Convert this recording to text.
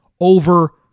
over